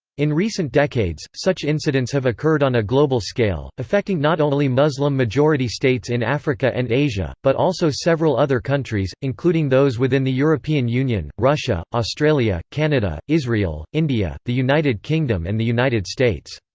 in recent decades, such incidents have occurred on a global scale, affecting not only muslim-majority states in africa and asia, but also several other countries, including those within the european union, russia, australia, canada, israel, india, the united kingdom and the united states.